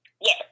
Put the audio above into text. Yes